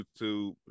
YouTube